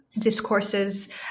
discourses